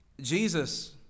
Jesus